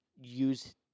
use